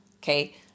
Okay